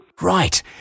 Right